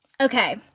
Okay